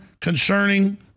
concerning